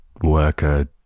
Worker